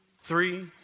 three